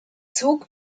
zog